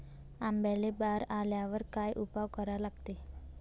आंब्याले बार आल्यावर काय उपाव करा लागते?